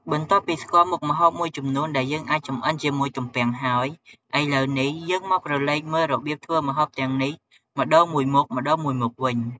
បន្ទាប់ពីស្គាល់មុខម្ហូបមួយចំនួនដែលយើងអាចចម្អិនជាមួយទំពាំងហើយ ឥឡូវនេះ យើងមកក្រឡេកមើលរបៀបធ្វើម្ហូបទាំងនេះ ម្ដងមួយមុខៗវិញ។